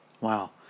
Wow